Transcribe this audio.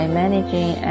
managing